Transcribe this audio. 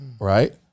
Right